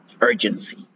Urgency